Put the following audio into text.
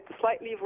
slightly